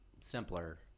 simpler